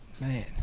Man